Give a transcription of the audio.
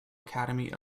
academy